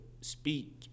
speak